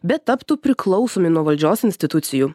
bet taptų priklausomi nuo valdžios institucijų